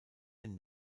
den